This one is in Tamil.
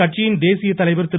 கட்சியின் தேசிய தலைவர் திரு